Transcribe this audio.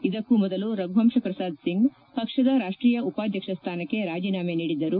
ಇದಕ್ಕೂ ಮೊದಲು ರಘುವಂತ್ ಪ್ರಸಾದ್ ಸಿಂಗ್ ಪಕ್ಷದ ರಾಷ್ವೀಯ ಉಪಾಧ್ಯಕ್ಷ ಸ್ವಾನಕ್ಷ ರಾಜೀನಾಮೆ ನೀಡಿದ್ದರು